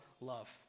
love